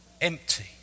empty